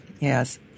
yes